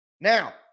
Now